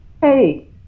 Hey